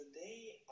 Today